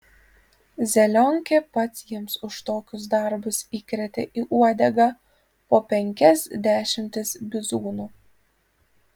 zelionkė pats jiems už tokius darbus įkrėtė į uodegą po penkias dešimtis bizūnų